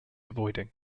avoiding